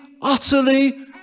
utterly